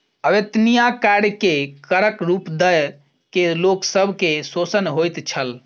अवेत्निया कार्य के करक रूप दय के लोक सब के शोषण होइत छल